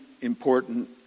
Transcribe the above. important